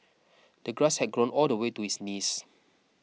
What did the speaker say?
the grass had grown all the way to his knees